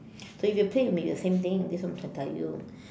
so if you play with me the same thing that's what I'm telling you